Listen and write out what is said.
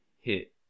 hit